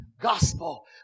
gospel